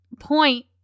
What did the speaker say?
point